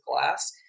glass